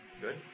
Good